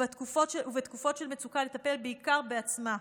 ובתקופות של מצוקה לטפל בעיקר בעצמה,